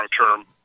long-term